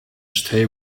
stay